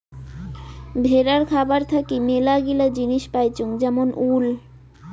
ভেড়ার খাবার থাকি মেলাগিলা জিনিস পাইচুঙ যেমন উল